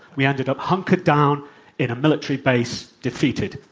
we ended up hunkered down in a military base, defeated,